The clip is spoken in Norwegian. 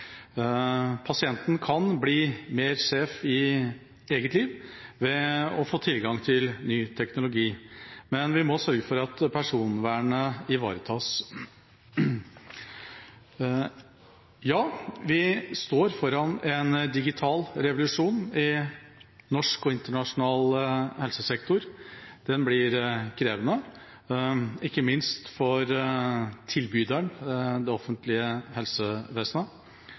Pasienten kan bli mer sjef i eget liv ved å få tilgang til ny teknologi, men vi må sørge for at personvernet ivaretas. Ja, vi står foran en digital revolusjon i norsk og internasjonal helsesektor. Den blir krevende, ikke minst for tilbyderen, det offentlige helsevesenet,